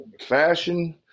fashion